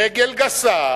ברגל גסה,